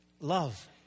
love